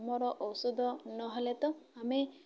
ଆମର ଔଷଧ ନହେଲେ ତ ଆମେ